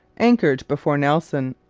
anchored before nelson.